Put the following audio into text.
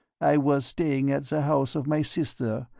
i was staying at the house of my sister,